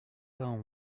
vingt